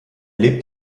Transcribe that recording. lebt